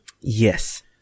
Yes